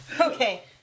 Okay